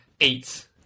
Eight